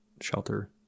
shelter